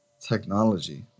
technology